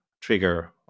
trigger